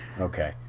Okay